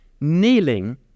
kneeling